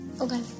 Okay